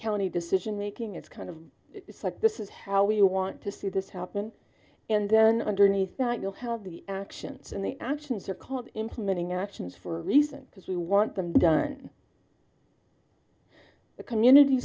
county decision making it's kind of like this is how we want to see this happen and then underneath that you'll have the actions and the actions are called implementing actions for a reason because we want them done the community